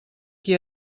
qui